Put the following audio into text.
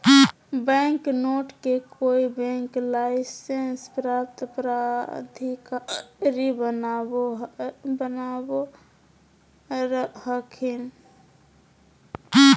bank note के कोय bank licence प्राप्त प्राधिकारी बनावो हखिन